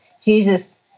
Jesus